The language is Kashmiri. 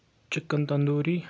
چِکن تَنٛدوری